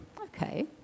okay